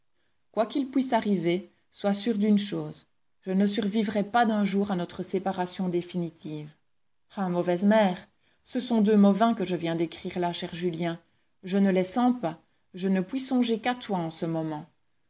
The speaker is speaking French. quoi qu'il puisse arriver sois sûr d'une chose je ne survivrais pas d'un jour à notre séparation définitive ah mauvaise mère ce sont deux mots vains que je viens d'écrire là cher julien je ne les sens pas je ne puis songer qu'à toi en ce moment